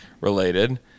related